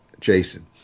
jason